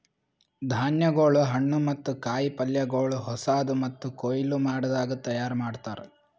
ಧಾನ್ಯಗೊಳ್, ಹಣ್ಣು ಮತ್ತ ಕಾಯಿ ಪಲ್ಯಗೊಳ್ ಹೊಸಾದು ಮತ್ತ ಕೊಯ್ಲು ಮಾಡದಾಗ್ ತೈಯಾರ್ ಮಾಡ್ತಾರ್